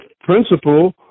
principle